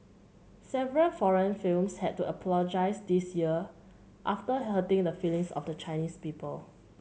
several foreign films had to apologise this year after hurting the feelings of the Chinese people